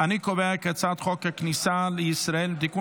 להעביר את הצעת חוק הכניסה לישראל (תיקון